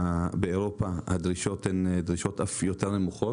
אצל מפעילים מרכזיים באירופה הדרישות לבקרים הן אף יותר נמוכות: